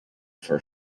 for